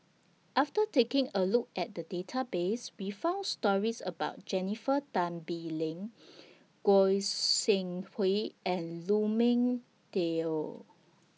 after taking A Look At The Database We found stories about Jennifer Tan Bee Leng Goi Seng Hui and Lu Ming Teh Earl